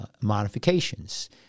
modifications